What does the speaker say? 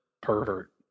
Pervert